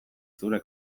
zure